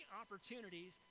opportunities